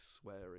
swearing